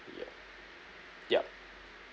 yup yup